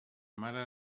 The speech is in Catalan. mare